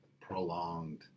prolonged